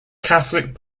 catholic